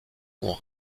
ont